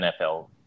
NFL